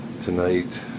tonight